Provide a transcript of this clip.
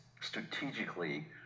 strategically